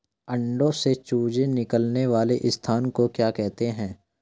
अंडों से चूजे निकलने वाले स्थान को क्या कहते हैं?